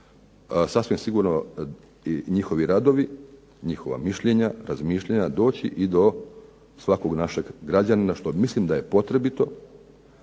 sasvim sigurno i njihovi radovi, njihova mišljenja, razmišljanja doći i do svakog našeg građanina što mislim da je potrebito.